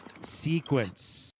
sequence